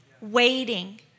waiting